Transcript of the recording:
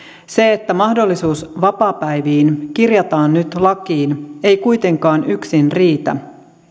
se että mahdollisuus vapaapäiviin kirjataan nyt lakiin ei kuitenkaan yksin riitä